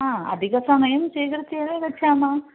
हा अधिकसमयं स्वीकृत्य एव गच्छामः